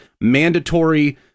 mandatory